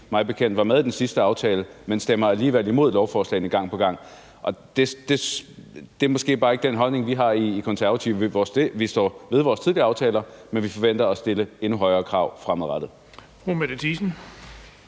mig bekendt med i den sidste aftale, men stemmer alligevel imod lovforslagene gang på gang. Det er bare ikke den holdning, vi har i Konservative. Vi står ved vores tidligere aftaler, men vi forventer at stille endnu højere krav fremadrettet.